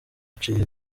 aciye